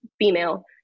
female